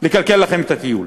לקלקל לכם את הטיול.